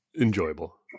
enjoyable